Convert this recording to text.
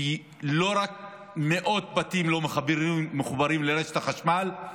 כי לא רק מאות בתים לא מחוברים לרשת החשמל,